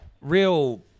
real